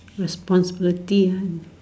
responsibility and